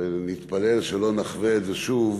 ונתפלל שלא נחווה את זה שוב,